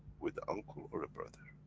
with the uncle or a brother.